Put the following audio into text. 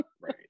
right